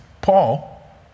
Paul